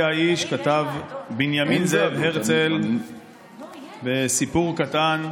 כתב בנימין זאב הרצל בסיפור קטן,